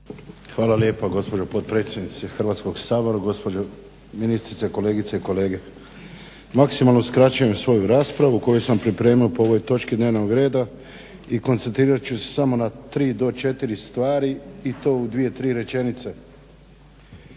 Hvala lijepa gospođo potpredsjednice Hrvatskoga sabora. Gospođo ministrice, kolegice i kolege. Maksimalno skraćujem svoju raspravu koju sam pripremao po ovoj točki dnevnog reda i koncentrirat ću se samo na tri do četiri stvari i to u dvije, tri rečenice.